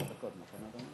חבר הכנסת איתן כבל רשום?